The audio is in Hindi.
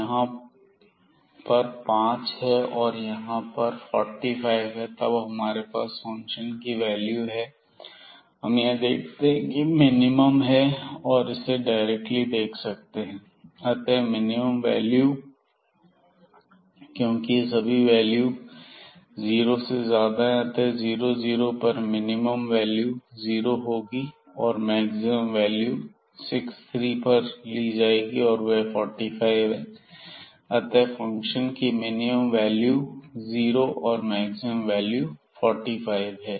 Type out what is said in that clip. यहां पर पांच है और यहां पर 6236 945 है तब हमारे पास फंक्शन की वैल्यू हैं और हम यह देखते हैं कि यह मिनिमम है और इसे हम डायरेक्टली देख सकते हैं अतः मिनिमम वैल्यू क्योंकि यह सभी वैल्यू जीरो से ज्यादा है अतः 0 0 पर मिनिमम जीरो होगा और मैक्सिमम वैल्यू पॉइंट 6 3 पर ली जा रही है यहां पर फंक्शन की वैल्यू 45 है अतः फंक्शन की मिनिमम वैल्यू जीरो और मैक्सिमम वैल्यू 45 है